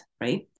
right